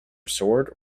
sword